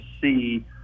see